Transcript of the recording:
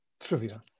trivia